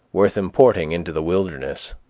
worth importing into the wilderness.